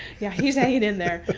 yeah, he's hanging in there.